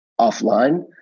offline